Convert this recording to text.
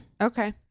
Okay